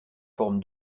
forme